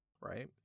right